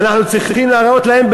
אנחנו צריכים להראות להם,